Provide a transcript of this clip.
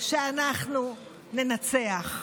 שאנחנו ננצח.